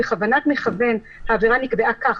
בכוונת מכוון העבירה נקבעה כך,